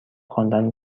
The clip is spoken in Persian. خواندن